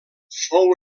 fou